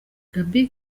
gaby